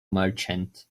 merchant